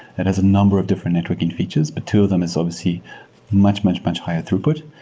it has a number of different networking features, but two of them is obviously much, much, much higher throughput.